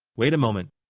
wait a moment,